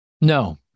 No